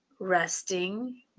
Resting